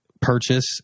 purchase